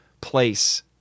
place